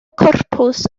corpws